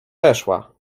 weszła